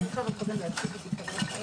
אם אפשר קודם להציג את עיקרי ההצעה,